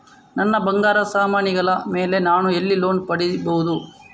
ನನ್ನ ಬಂಗಾರ ಸಾಮಾನಿಗಳ ಮೇಲೆ ನಾನು ಎಲ್ಲಿ ಲೋನ್ ಪಡಿಬಹುದು?